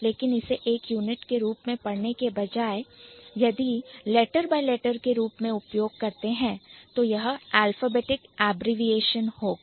लेकिन इसे एक Unit के रूप में पढ़ने के बजाय यदि letter by letter के रूप में उपयोग कर रहे हैं तो यह Alphabetic Abbreviation होगा